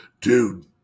dude